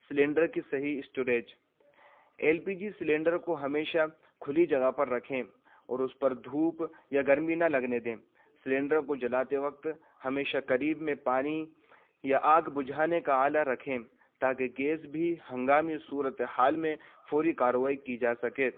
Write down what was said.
cylinder کی صحیح storage L P G cylinder کو ہمیشہ کھلی جگہ پر رکھیں اور اس پر دھوپ یا گرمی نہ لگنے دیں سلنڈر کو جلاتے وقت ہمیشہ قریب میں پانی یا آگ بجھانے کا آلہ رکھیں تاکہ گیس بھی ہنگامی صورت حال میں فوری کارروائی کی جا سکے